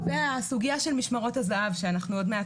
והסוגייה של משמרות הזה"ב שאנחנו עוד מעט